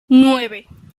nueve